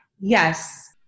Yes